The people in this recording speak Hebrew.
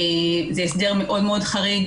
זה הסדר מאוד מאוד חריג,